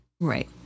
right